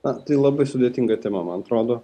na tai labai sudėtinga tema man atrodo